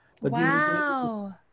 Wow